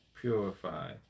purify